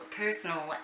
personal